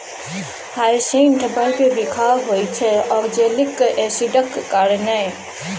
hyacinth bulb बिखाह होइ छै आक्जेलिक एसिडक कारणेँ